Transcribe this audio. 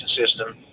system